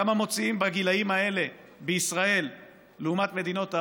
כמה מוציאים בגילים האלה בישראל לעומת מדינות OECD,